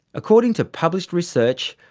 according to published research,